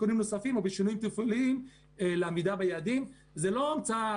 על הטיפול בעבודת המטה.